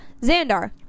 Xandar